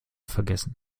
vergessen